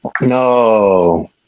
No